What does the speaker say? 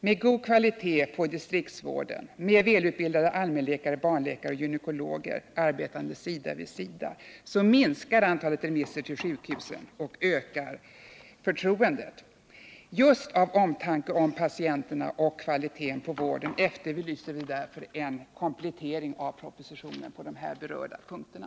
Med god kvalitet på distriktsvården, med välutbildade allmänläkare, barnläkare och gynekologer arbetande sida vid sida minskar antalet remisser till sjukhusen och ökar förtroendet. Herr talman! Just av omtanke om patienterna och om kvaliteten på vården efterlyser vi en komplettering av propositionen på de här berörda punkterna.